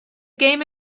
game